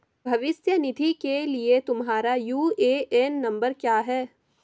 भविष्य निधि के लिए तुम्हारा यू.ए.एन नंबर क्या है?